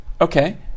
Okay